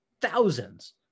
thousands